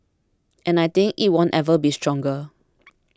and I think it won't ever be stronger